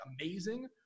amazing